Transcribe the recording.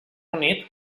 unit